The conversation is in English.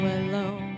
alone